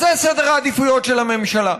אז זה סדר העדיפויות של הממשלה.